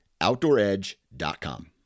OutdoorEdge.com